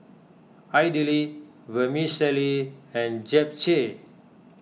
Idili Vermicelli and Japchae